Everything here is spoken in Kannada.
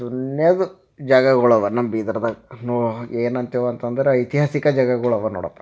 ದುನಿಯಾದ್ದು ಜಾಗಗಳಿವೆ ನಮ್ಮ ಬೀದರ್ದಾಗ ನೋ ಏನು ಅಂತೇವಿ ಅಂತಂದ್ರೆ ಐತಿಹಾಸಿಕ ಜಾಗಗಳಿವೆ ನೋಡಪ್ಪ